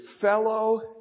fellow